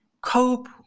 cope